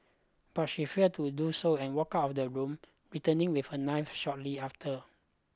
but she failed to do so and walked out of the room returning with a knife shortly after